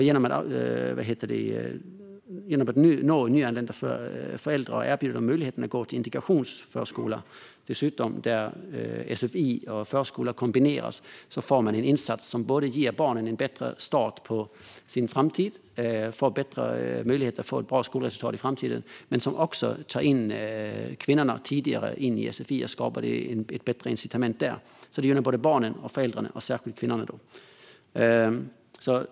Genom att dessutom erbjuda nyanlända föräldrar möjligheten att gå till en integrationsförskola, där sfi och förskola kombineras, gör man en insats som ger barnen en bättre start och bättre möjligheter att få ett bra skolresultat i framtiden men som också innebär att kvinnorna kommer in i sfi tidigare och att det skapas ett bättre incitament där. Det gynnar alltså både barnen och föräldrarna, särskilt kvinnorna.